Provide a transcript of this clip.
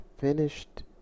finished